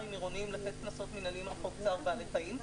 עירוניים לתת קנסות מנהליים על חוק צער בעלי חיים.